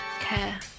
care